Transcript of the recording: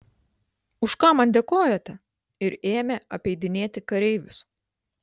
už ką man dėkojate ir ėmė apeidinėti kareivius